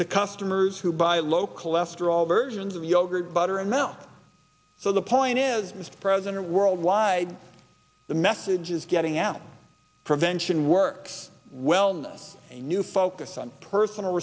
to customers who buy low cholesterol versions of yogurt butter and milk so the point is present worldwide the message is getting out prevention works well now a new focus on personal